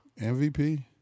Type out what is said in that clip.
MVP